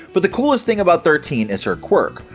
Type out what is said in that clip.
but the coolest thing about thirteen is her quirk.